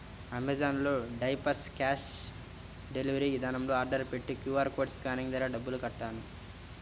Amazon లో diapers cash delivery విధానంలో order పెట్టి క్యూ.ఆర్ కోడ్ స్కానింగ్ ద్వారా డబ్బులు కట్టాను